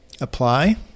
apply